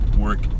work